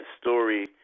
story